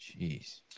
Jeez